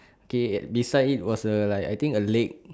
okay beside it was a I think a lake